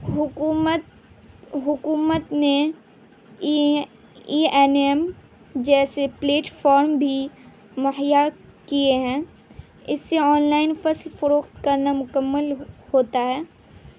حکومت حکومت نے ای ای این ایم جیسے پلیٹفارم بھی مہیا کیے ہیں اس سے آن لائن فصل فروخت کرنا مکمل ہوتا ہے